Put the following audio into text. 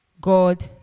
God